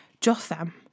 Jotham